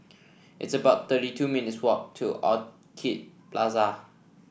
it's about thirty two minutes' walk to Orchid Plaza